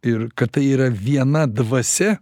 ir kad tai yra viena dvasia